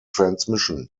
transmission